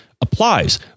applies